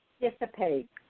dissipate